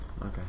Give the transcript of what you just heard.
Okay